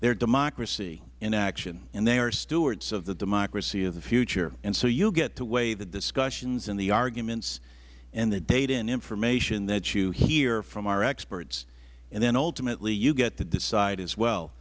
their democracy in action and they are stewards of the democracy of the future and so you get to weigh the discussions and the arguments and the data and information that you hear from our experts and then ultimately you get to decide as well